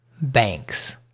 banks